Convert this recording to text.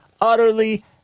utterly